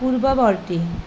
পূৰ্ৱৱৰ্তী